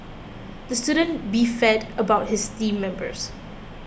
the student beefed about his team members